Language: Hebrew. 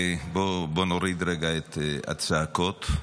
ובואו נוריד רגע את הצעקות.